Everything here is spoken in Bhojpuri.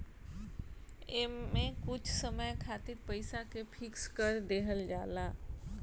एमे कुछ समय खातिर पईसा के फिक्स कर देहल जाला